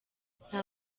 nta